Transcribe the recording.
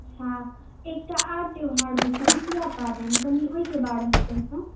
अच्छा एकटा आर त्यौहार होइ छै जितिया पावनि कनि ओहिके बारेमे कहितहुँ